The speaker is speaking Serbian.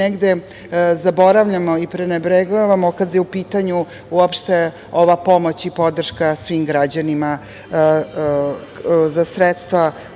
negde zaboravljamo i prenebregavamo kada je u pitanju uopšte ova pomoć i podrška svim građanima za sredstva